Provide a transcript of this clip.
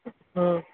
हँ